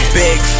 big